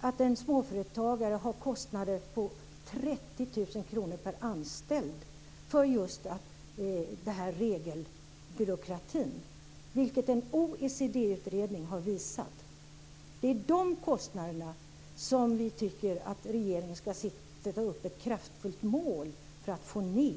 att en småföretagare har kostnader på 30 000 kr per anställd för just den här regelbyråkratin, vilket en OECD-utredning har visat? Det är de kostnaderna som vi tycker att regeringen ska sätta upp ett kraftfullt mål för att få ned.